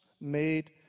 made